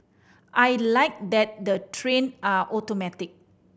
I like that the train are automatic